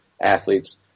athletes